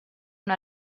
una